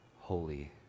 holy